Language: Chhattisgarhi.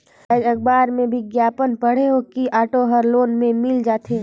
आएज अखबार में बिग्यापन पढ़े हों कि ऑटो हर लोन में मिल जाथे